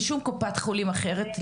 בשום קופת חולים אחרת,